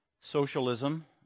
socialism